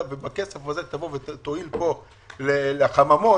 ובכסף הזה תועיל פה לחממות,